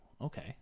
okay